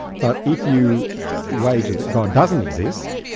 but if you wager that god doesn't exist,